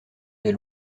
des